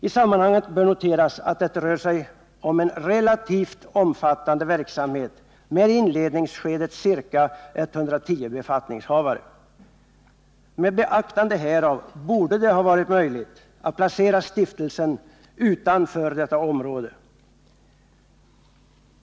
I sammanhanget bör noteras att det rör sig om en relativt omfattande verksamhet med i inledningsskedet ca 110 befattningshavare. Med beaktande härav borde det ha varit möjligt att placera stiftelsen utanför Stockholmsområdet.